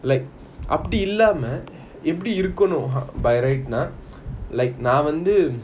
like அப்பிடி இல்லாம எப்பிடி இருக்கனும்:apidi illama epidi irukanum by right நா:na like நான் வந்து:naan vanthu